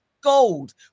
gold